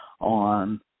on